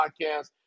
podcast